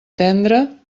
tendre